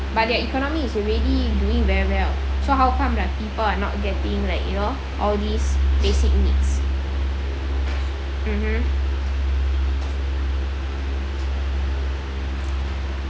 but their economy is already doing very well so how come their people are not getting like you know all these basic needs mmhmm